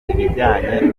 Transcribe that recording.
ibijyanye